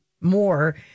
more